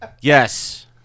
Yes